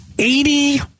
Eighty